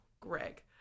greg